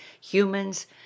humans